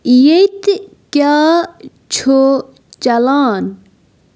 ییتہِ کیٛاہ چھُ چَلان